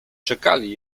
czekali